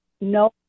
no